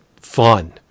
fun